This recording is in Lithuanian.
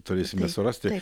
turėsime surasti